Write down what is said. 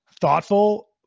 thoughtful